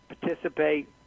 participate